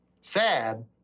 sad